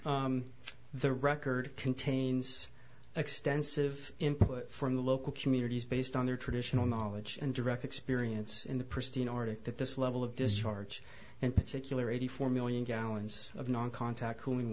the record contains extensive input from the local communities based on their traditional knowledge and direct experience in the pristine arctic that this level of discharge and particular eighty four million gallons of non contact cooling